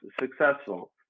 successful